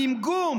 הגמגום